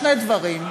שני דברים: